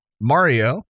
Mario